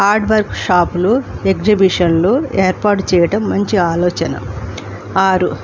hard work షాపులు ఎగ్జిబిషన్లు ఏర్పాటు చేయటం మంచి ఆలోచన ఆరు